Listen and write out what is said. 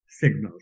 signals